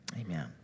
Amen